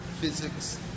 Physics